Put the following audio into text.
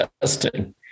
testing